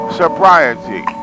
sobriety